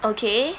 okay